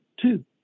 two